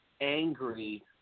angry